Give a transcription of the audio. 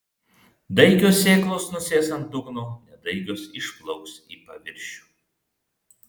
daigios sėklos nusės ant dugno nedaigios išplauks į paviršių